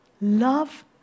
love